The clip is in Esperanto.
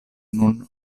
nun